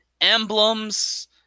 emblems